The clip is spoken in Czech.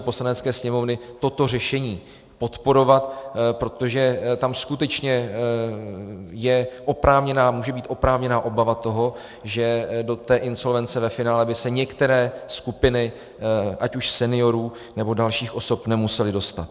Poslanecké sněmovny toto řešení podporovat, protože tam skutečně je a může být oprávněná obava toho, že do insolvence ve finále by se některé skupiny ať už seniorů, nebo dalších osob nemusely dostat.